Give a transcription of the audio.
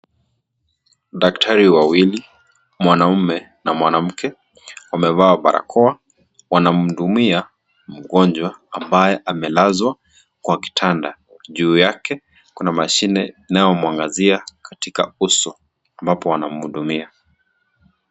Daktari wawili, mwanaume na mwanamke wamevaa barakoa, wanamudumia mgonjwa ambaye amelazwa kwa kitanda, juu yake kuna mashine inayomwangazia katikak uso ambapo wanamudumia.